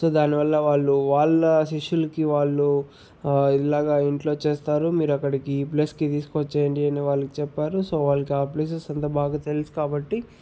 so దానివల్ల వాళ్ళు వాళ్ళ శిష్యులకి వాళ్ళు ఇలాగా ఇంట్లో చేస్తారు మీరు అక్కడికి ప్లేస్కి తీసుకొచ్చేయండి అని వాళ్ళకి చెప్పారు సో వాళ్ళుకా ప్లేసెస్ అంత బాగా తెలుసు కాబట్టి